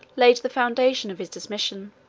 laid the foundation of his dismission.